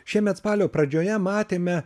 šiemet spalio pradžioje matėme